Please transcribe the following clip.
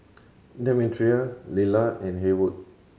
Demetria Lila and Haywood